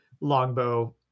longbow